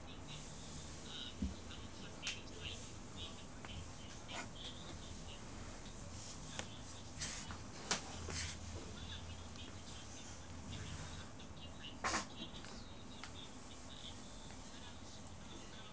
the again